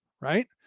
right